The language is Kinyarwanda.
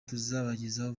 tuzabagezaho